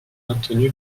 maintenu